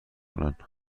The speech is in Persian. کنن